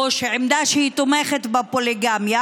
או עמדה שתומכת בפוליגמיה,